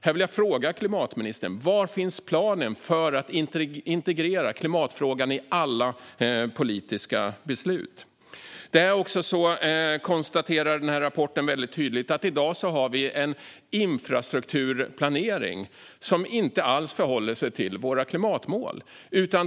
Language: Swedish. Här vill jag fråga klimatministern: Var finns planen för att integrera klimatfrågan i alla politiska beslut? I rapporten konstateras också tydligt att vi i dag har en infrastrukturplanering som inte alls förhåller sig till våra klimatmål.